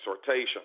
exhortation